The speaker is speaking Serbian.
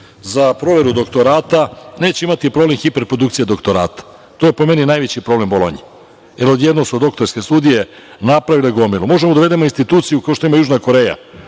za proveru doktorata, neće imati problem hiperprodukcije doktorata. To je, po meni, najveći problem Bolonje. Jer, odjednom su doktorske studije napravile gomilu. Možemo da uvedemo instituciju kao što ima Južna Koreja